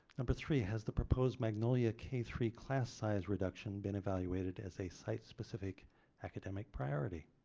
number three has the proposed magnolia k three class size reduction been evaluated as a site specific academic priority?